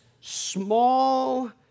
small